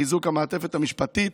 חיזוק המעטפת המשפטית